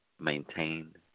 maintained